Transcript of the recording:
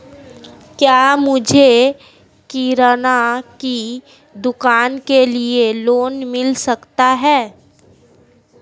क्या मुझे किराना की दुकान के लिए लोंन मिल सकता है?